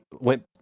went